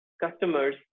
customers